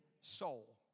soul